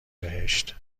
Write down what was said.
بهشت